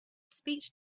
speech